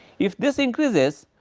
if this increases,